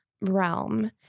realm